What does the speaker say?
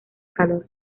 calor